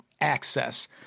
access